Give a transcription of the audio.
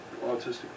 autistic